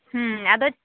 ᱦᱩᱸ ᱟᱫᱚ